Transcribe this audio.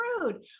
rude